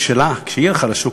כשהיא הלכה לשוק,